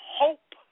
hope